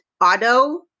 Auto